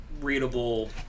readable